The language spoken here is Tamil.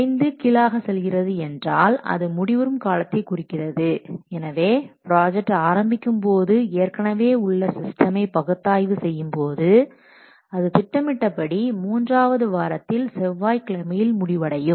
நெளிந்து கீழாக செல்கிறது என்றால் அது முடிவுறும் காலத்தைக் குறிக்கிறது எனவே ப்ராஜெக்ட் ஆரம்பிக்கும்போது ஏற்கனவே உள்ள சிஸ்டமை பகுத்தாய்வு செய்யும் போது அது திட்டமிட்டபடி மூன்றாவது வாரத்தில் செவ்வாய்க்கிழமையில் முடிவடையும்